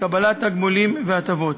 לקבלת תגמולים והטבות.